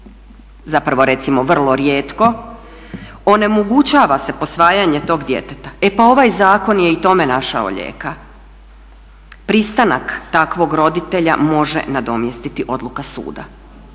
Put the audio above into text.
zapravo recimo vrlo rijetko, onemogućava se posvajanje tog djeteta. E pa ovaj zakon je i tome našao lijeka. Pristanak takvog roditelja može nadomjestiti odluka suda.